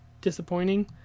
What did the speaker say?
disappointing